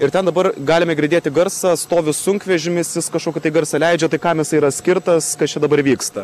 ir ten dabar galime girdėti garsą stovi sunkvežimis jis kažkokį tai garsą leidžia tai kam jisai yra skirtas kas čia dabar vyksta